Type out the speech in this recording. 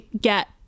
get